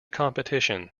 competition